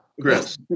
Chris